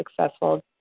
successful